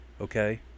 Okay